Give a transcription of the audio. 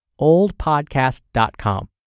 oldpodcast.com